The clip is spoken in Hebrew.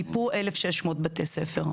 מיפוי 1,600 בתי ספר,